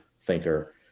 thinker